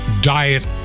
diet